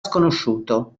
sconosciuto